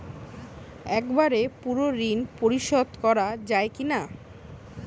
একবারে পুরো ঋণ পরিশোধ করা যায় কি না?